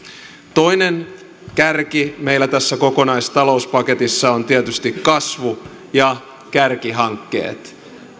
toinen kärki meillä tässä kokonaistalouspaketissa on tietysti kasvu ja kärkihankkeet